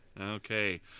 Okay